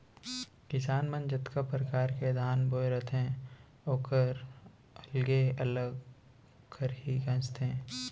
किसान मन जतका परकार के धान बोए रथें ओकर अलगे अलग खरही गॉंजथें